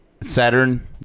Saturn